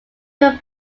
could